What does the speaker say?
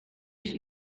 ich